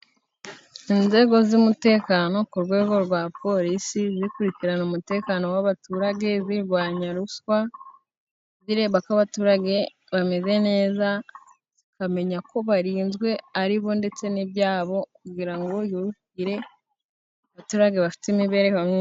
Inzego z'umutekano ku rwego rwa polisi, zikurikirana umutekano w'abaturage, birwanya ruswa ,bireba ko abaturage bameze neza. Zikamenya ko barinzwe, aribo ndetse n'ibyabo ,kugira ngo igihugi kigire abaturage bafite imibereho myiza.